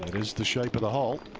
is the shape of the hole.